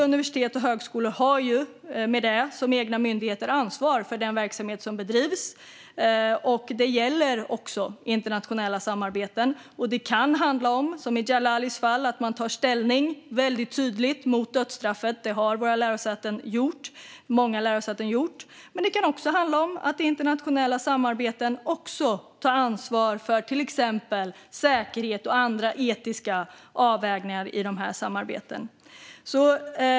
Universitet och högskolor har som egna myndigheter ansvar för den verksamhet som bedrivs på respektive lärosäte. Det gäller också internationella samarbeten. Det kan, som i Djalalis fall, handla om att man tydligt tar ställning mot dödsstraffet. Det har många av våra lärosäten gjort. Men det kan också handla om att internationella samarbeten också tar ansvar för till exempel säkerhet och andra etiska avvägningar i dessa samarbeten.